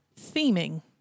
Theming